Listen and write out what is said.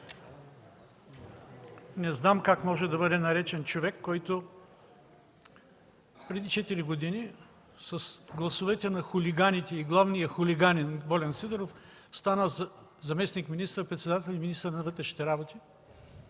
Не знам как може да бъде наречен човек, който преди четири години с гласовете на хулиганите и главния хулиганин – Волен Сидеров, стана заместник министър-председател и министър на вътрешните работи?!